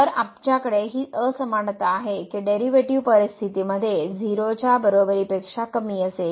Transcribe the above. तर आमच्याकडे ही असमानता आहे की डेरीवेटीव परिस्थितीमध्ये 0 च्या बरोबरीपेक्षा कमी असेल